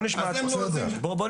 יש